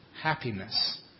Happiness